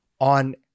on